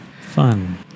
Fun